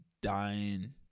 dying